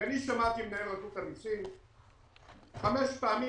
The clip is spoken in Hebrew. כי אני שמעתי ממנהל רשות המסים חמש פעמים